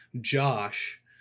Josh